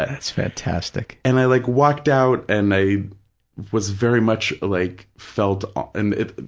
that's fantastic. and i like walked out and i was very much like felt, and it